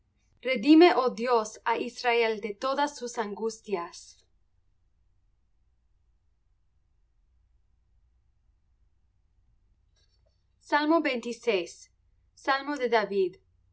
redime oh dios á israel de todas sus angustias salmo de david